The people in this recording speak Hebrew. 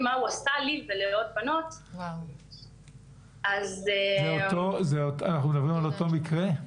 הוא עשה לי ולעוד בנות --- אנחנו מדברים על אותו מקרה?